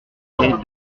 près